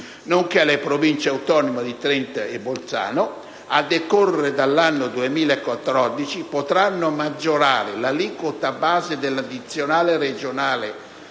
nonché le Province autonome di Trento e Bolzano, a decorrere dall'anno 2014, potranno maggiorare l'aliquota base dell'addizionale regionale